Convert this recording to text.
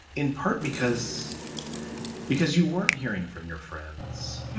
in part because because you weren't hearing from your friends